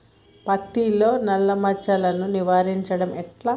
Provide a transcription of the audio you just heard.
పత్తిలో నల్లా మచ్చలను నివారించడం ఎట్లా?